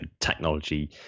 technology